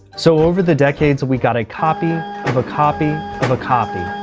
so over the decades we got a copy of a copy of a copy.